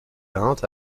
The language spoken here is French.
peint